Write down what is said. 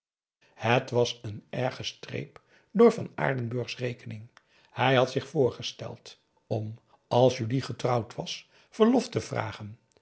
het was een erge streep door van aardenburg's rekening hij had zich voorgesteld om als julie getrouwd was verlof te vragen